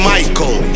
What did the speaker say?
Michael